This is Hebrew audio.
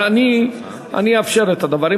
אבל אני אאפשר את הדבר.